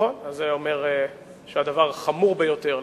זה אומר שהדבר חמור ביותר.